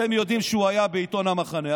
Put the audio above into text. אתם יודעים שהוא היה בעיתון "במחנה".